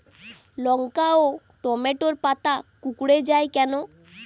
লঙ্কা ও টমেটোর পাতা কুঁকড়ে য়ায় কেন?